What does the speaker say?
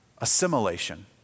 assimilation